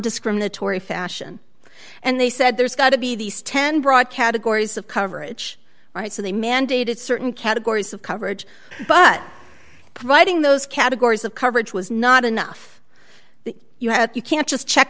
nondiscriminatory fashion and they said there's got to be these ten broad categories of coverage right so they mandated certain categories of coverage but providing those categories of coverage was not enough that you had you can't just check